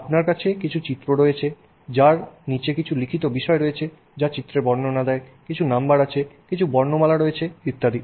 আপনার কাছে কিছু চিত্র রয়েছে যার নীচে কিছু লিখিত বিষয় রয়েছে যা চিত্রের বর্ণনা দেয় কিছু নম্বর আছে বর্ণমালা রয়েছে ইত্যাদি